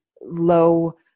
low